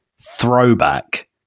throwback